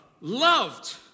loved